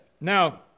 now